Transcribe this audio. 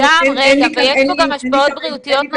ויש פה גם השפעות בריאותיות.